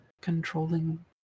controlling